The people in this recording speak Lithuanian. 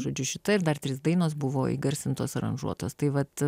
žodžiu šita ir dar trys dainos buvo įgarsintos aranžuotos tai vat